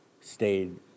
stayed